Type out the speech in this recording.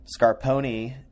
Scarponi